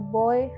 boy